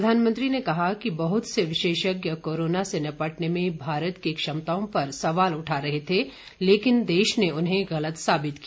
प्रधानमंत्री ने कहा कि बहुत से विशेषज्ञ कोरोना से निपटने में भारत की क्षमताओं पर सवाल उठा रहे थे लेकिन देश ने उन्हें गलत साबित किया